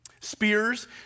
spears